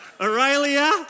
Aurelia